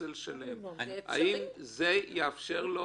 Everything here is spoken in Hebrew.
האם זה יאפשר לו